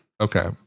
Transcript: okay